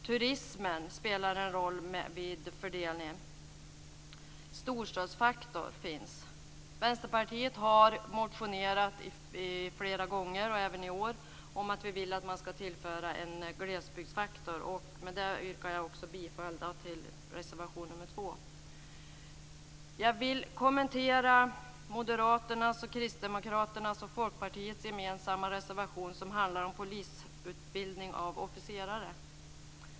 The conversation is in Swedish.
Turismen spelar en roll vid fördelningen. En storstadsfaktor finns. Vänsterpartiet har flera gånger, även i år, motionerat om att vi vill att man ska tillföra en glesbygdsfaktor. Därmed yrkar jag bifall till reservation 2. Jag vill kommentera Moderaternas, Kristdemokraternas och Folkpartiets gemensamma reservation som handlar om polisutbildning av officerare.